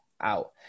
out